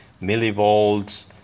millivolts